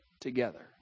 together